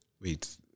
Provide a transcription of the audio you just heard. Wait